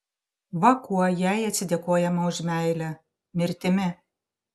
va kuo jai atsidėkojama už meilę mirtimi